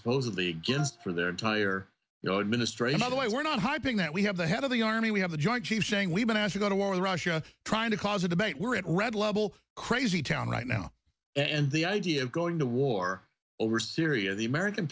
supposedly against for their entire you know administration by the way we're not hyping that we have the head of the army we have the joint chiefs saying we've been asked to go to war with russia trying to cause a debate we're at red level crazy town right now and the idea of going to war over syria the american